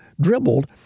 dribbled